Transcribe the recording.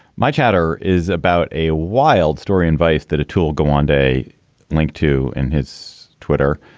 my chapter is about a wild story and vice that a tool go on day link to in his twitter.